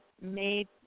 made